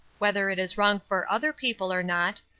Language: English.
whether it is wrong for other people or not,